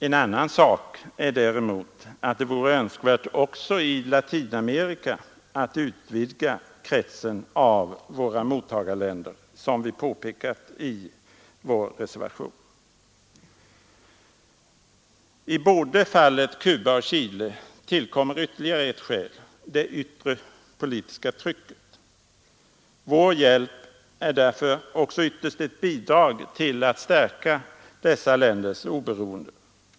En annan sak är att det vore önskvärt att också i Latinamerika utvidga kretsen av våra mottagarländer, som vi påpekar i vår reservation. I fallen Cuba och Chile tillkommer ytterligare ett skäl — det yttre politiska trycket. Vår hjälp är därför också ytterst ett bidrag till att stärka dessa länders oberoende.